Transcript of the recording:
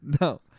No